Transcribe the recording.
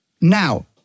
now